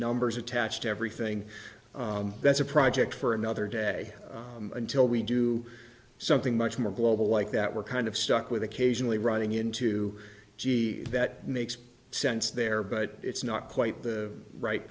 numbers attached everything that's a project for another day until we do something much more global like that we're kind of stuck with occasionally running into g s that makes sense there but it's not quite the right